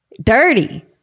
Dirty